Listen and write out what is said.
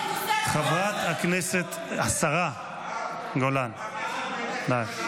--- השרה גולן, די.